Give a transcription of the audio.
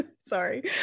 sorry